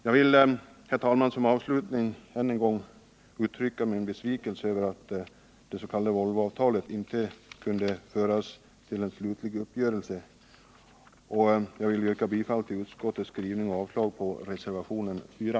Jag vill, herr talman, som avslutning än en gång uttrycka min besvikelse över att det s.k. Volvoavtalet inte kunde föras till en slutlig uppgörelse. Jag yrkar i den här delen bifall till utskottets skrivning och avslag på reservationen 4.